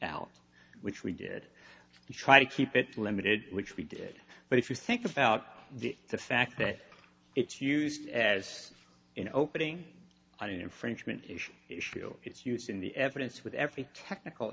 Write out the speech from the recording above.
out which we did to try to keep it limited which we did but if you think about the fact that it's used as an opening i don't infringement it's use in the evidence with every technical